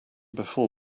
before